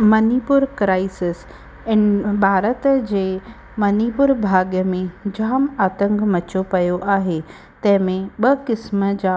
Manipur crisis in Bharat जे मनिपुर भाॻ में जाम आंतक मचियो पियो आहे तंहिं में ॿ क़िस्म जा